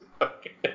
Okay